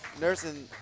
nursing